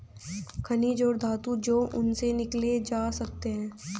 खनिज और धातु जो उनसे निकाले जा सकते हैं